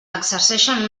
exerceixen